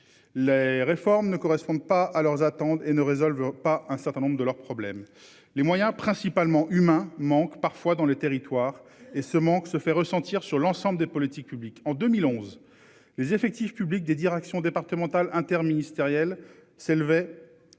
Les réformes ne correspondent pas à leurs attentes et ne résolvent pas un certain nombre de leurs problèmes. Les moyens principalement humains manque parfois dans les territoires et ce manque se fait ressentir sur l'ensemble des politiques publiques en 2011. Les effectifs publics des directions départementales interministérielles s'élevait.